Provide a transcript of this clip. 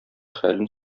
хәлен